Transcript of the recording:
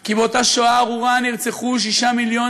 כי באותה שואה ארורה נרצחו שישה מיליון